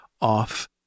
off